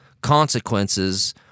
consequences